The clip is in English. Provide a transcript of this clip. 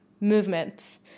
movements